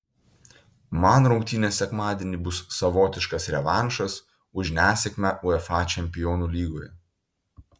man rungtynės sekmadienį bus savotiškas revanšas už nesėkmę uefa čempionų lygoje